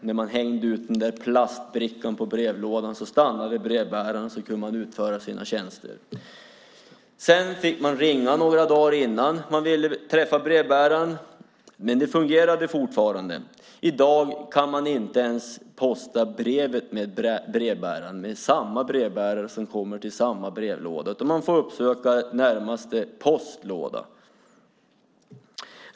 När man hängde ut plastbrickan på brevlådan stannade brevbäraren och man kunde uträtta sina ärenden. När detta ändrades fick man ringa några dagar före om man ville träffa brevbäraren, men det fungerade fortfarande. I dag kan man inte ens posta brev med brevbäraren, trots att det är samma brevbärare som kommer till samma brevlåda. I stället får man uppsöka närmaste postlåda.